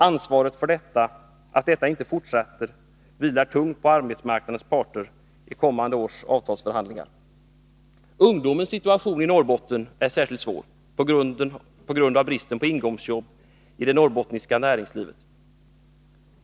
Ansvaret för att detta inte fortsätter vilar tungt på arbetsmarknadens parter i kommande års avtalsförhandlingar. Ungdomens situation är särskilt svår i Norrbotten på grund av bristen på ingångsjobb i det norrbottniska näringslivet.